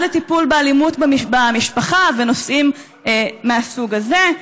טיפול באלימות במשפחה ונושאים מהסוג הזה?